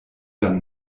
dann